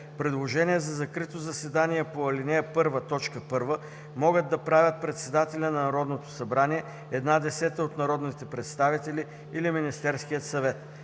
Предложение за закрито заседание по ал. 1, т. 1 могат да направят председателят на Народното събрание, една десета от народните представители или Министерският съвет.